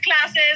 classes